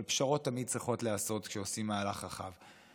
אבל פשרות תמיד צריכות להיעשות כשעושים מהלך רחב,